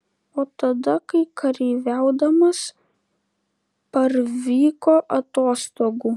o tada kai kareiviaudamas parvyko atostogų